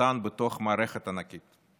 קטן בתוך מערכת ענקית.